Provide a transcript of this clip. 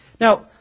Now